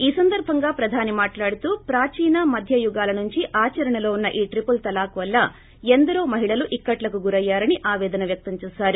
ఈ సందర్బంగా ప్రధాని మాట్లాడుతూ ప్రాచీన మధ్యయుగాల నుంచి ఆచరణలో ఉన్న ఈ ట్రిపుల్ తలాక్ వల్ల ఎందరో మహిళల ఇక్కట్లకు గురయ్యారని ఆపేదన వ్యక్తం చేశారు